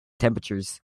temperatures